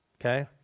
okay